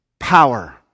power